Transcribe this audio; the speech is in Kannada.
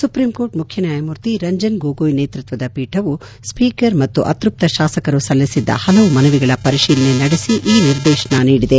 ಸುಪ್ರೀಂಕೋರ್ಟ್ ಮುಖ್ಯ ನ್ಯಾಯಮೂರ್ತಿ ರಂಜನ್ ಗೊಗೋಯ್ ನೇತೃತ್ವದ ಪೀಠವು ಸ್ವೀಕರ್ ಮತ್ತು ಅತ್ಪಪ್ತ ಶಾಸಕರು ಸಲ್ಲಿಸಿದ್ದ ಹಲವು ಮನವಿಗಳ ಪರಿಶೀಲನೆ ನಡೆಸಿ ಈ ನಿರ್ದೇಶನ ನೀಡಿವೆ